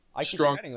strong